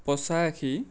পঁচাশী